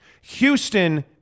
Houston